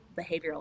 behavioral